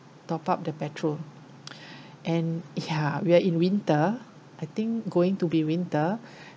top up the petrol and ya we are in winter I think going to be winter